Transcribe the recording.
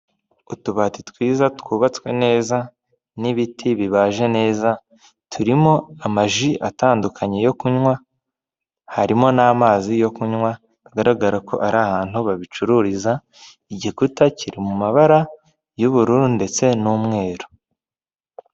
Utubati twiza twubatswe neza n'ibiti bibaje neza, turimo amaji atandukanye yo kunywa harimo n'amazi yo kunywa agaragara ko ari ahantu babicururiza igikuta kiri mu mabara y'ubururu ndetse n'umweru.